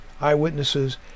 Eyewitnesses